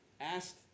asked